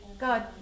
god